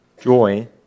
joy